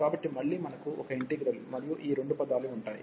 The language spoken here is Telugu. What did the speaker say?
కాబట్టి మళ్ళీ మనకు ఒక ఇంటిగ్రల్ మరియు ఈ రెండు పదాలు ఉంటాయి